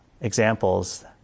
examples